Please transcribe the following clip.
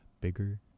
bigger